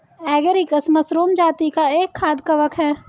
agaricus mushroom जाती का एक खाद्य कवक है